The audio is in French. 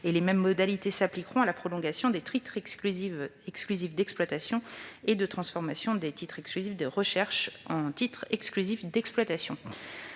Les mêmes modalités s'appliqueront à la prolongation des titres exclusifs d'exploitation et des transformations de titres exclusifs de recherches en titres exclusifs d'exploitation.